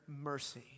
mercy